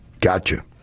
Gotcha